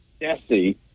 jesse